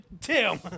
Tim